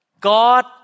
God